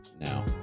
now